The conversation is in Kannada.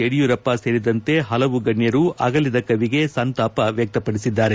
ಯಡಿಯೂರಪ್ಪ ಸೇರಿದಂತೆ ಪಲವು ಗಣ್ಯರು ಅಗಲಿದ ಕವಿಗೆ ಸಂತಾಪ ವ್ಯಕ್ತಪಡಿಸಿದ್ದಾರೆ